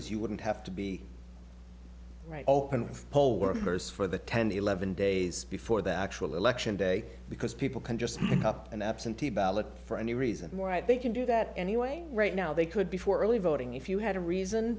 is you wouldn't have to be right open poll workers for the ten to eleven days before the actual election day because people can just make up an absentee ballot for any reason why they can do that anyway right now they could be for early voting if you had a reason